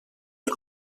per